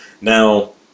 Now